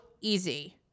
easy